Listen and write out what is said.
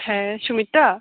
হ্যাঁ সুমিত্রা